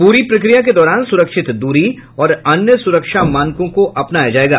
पूरी प्रक्रिया के दौरान सुरक्षित दूरी और अन्य सुरक्षा मानकों को अपनाया जाएगा